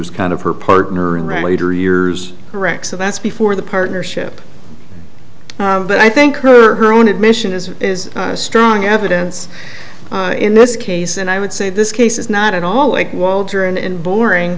's kind of her partner in the later years correct so that's before the partnership but i think her own admission is a strong evidence in this case and i would say this case is not at all like walter and boring